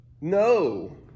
No